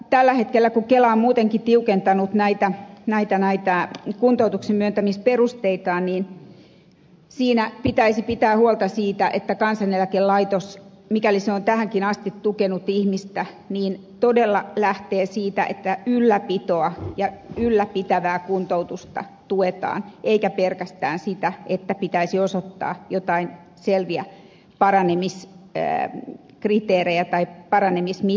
tällä hetkellä kun kela on muutenkin tiukentanut kuntoutuksen myöntämisperusteitaan siinä pitäisi pitää huolta siitä että kansaneläkelaitos mikäli se on tähänkin asti tukenut ihmistä todella lähtee siitä että ylläpitävää kuntoutusta tuetaan eikä pelkästään sitä että pitäisi osoittaa jotain selviä paranemiskriteerejä tai paranemismittareita